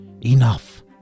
Enough